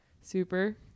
super